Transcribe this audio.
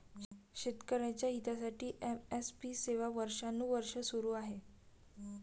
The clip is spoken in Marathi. शेतकऱ्यांच्या हितासाठी एम.एस.पी सेवा वर्षानुवर्षे सुरू आहे